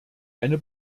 eine